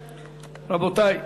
רבותי.